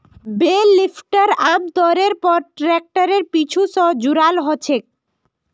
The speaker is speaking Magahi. बेल लिफ्टर आमतौरेर पर ट्रैक्टरेर पीछू स जुराल ह छेक